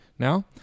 now